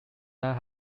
that